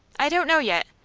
i don't know yet.